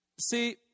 See